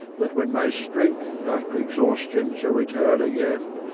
that, when my strength after exhaustion shall return again,